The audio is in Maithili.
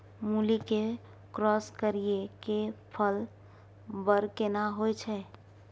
मूली के क्रॉस करिये के फल बर केना होय छै?